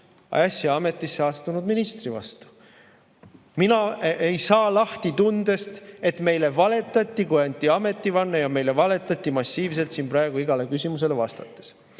äsja ametisse astunud ministri vastu. Mina ei saa lahti tundest, et meile valetati, kui anti ametivanne, ja meile valetati massiivselt siin praegu igale küsimusele vastates.